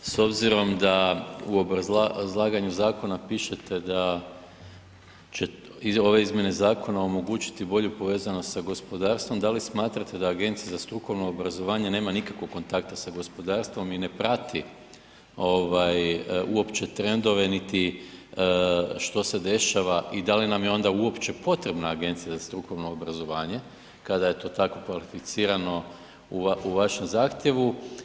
S obzirom da u obrazlaganju zakona pišete da će izmjene zakona omogućiti bolju povezanost sa gospodarstvom, da li smatrate da Agencija za strukovno obrazovanje nema nikakvog kontakta sa gospodarstvom i ne prati uopće trendove niti što se dešava i da li nam je onda uopće potrebna Agencija za strukovno obrazovanje kada je to tako kvalificirano u vašem zahtjevu.